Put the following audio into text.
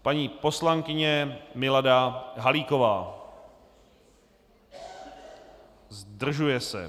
Paní poslankyně Milada Halíková: Zdržuje se.